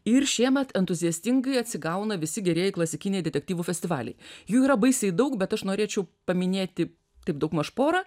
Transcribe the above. ir šiemet entuziastingai atsigauna visi gerieji klasikiniai detektyvų festivaliai jų yra baisiai daug bet aš norėčiau paminėti taip daugmaž porą